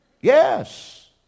Yes